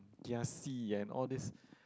kiasi and all these